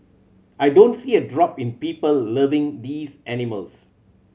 I don't see a drop in people loving these animals